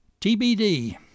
TBD